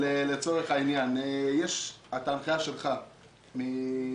לצורך העניין, יש את ההנחיה שלך מאוקטובר,